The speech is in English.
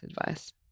advice